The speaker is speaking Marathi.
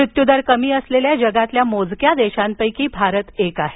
मृत्यूदर कमी असलेल्या जगातल्या मोजक्या देशांपैकी भारत एक आहे